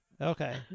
okay